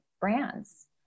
brands